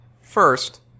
First